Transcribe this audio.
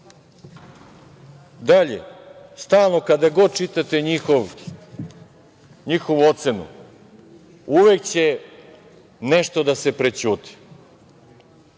stalno, kada god čitate njihovu ocenu, uvek će nešto da se prećuti,